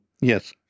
Yes